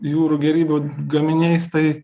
jūrų gėrybių gaminiais tai